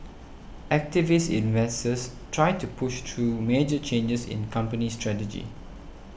activist investors try to push through major changes in company strategy